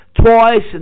twice